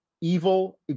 evil